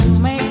make